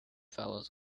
fellows